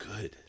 good